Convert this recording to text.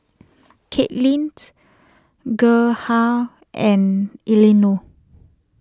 Kaelynt Gerhardt and Eleanore